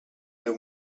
deu